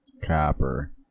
Copper